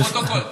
רק לפרוטוקול.